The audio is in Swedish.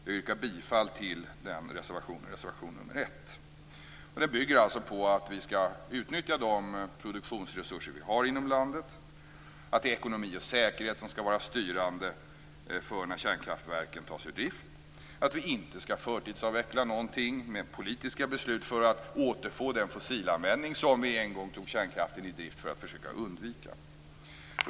Jag yrkar bifall till reservation 1. Den bygger alltså på att vi skall utnyttja de produktionsresurser som vi har inom landet, att det är ekonomi och säkerhet som skall vara styrande för när kärnkraftverken tas ur drift och att vi inte skall förtidsavveckla något genom politiska beslut för att återfå den fossilanvändning som vi en gång tog kärnkraften i drift för att försöka undvika.